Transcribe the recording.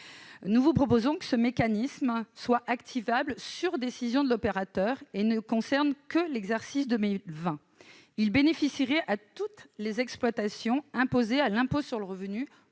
». Nous proposons que ce mécanisme puisse être activé sur décision de l'opérateur et ne concerne que l'exercice 2020. Il bénéficierait à toutes les exploitations redevables de l'impôt sur le revenu